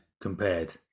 compared